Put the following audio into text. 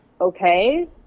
okay